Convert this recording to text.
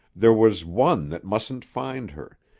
there was one that mustn't find her,